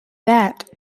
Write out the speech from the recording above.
that